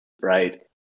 right